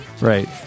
Right